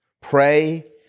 Pray